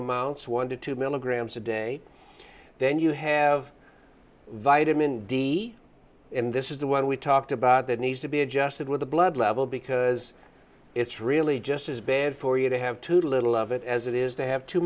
amounts one to two milligrams a day then you have vitamin d in this is the one we talked about that needs to be adjusted with the blood level because it's really just as bad for you they have to do a little of it as it is they have too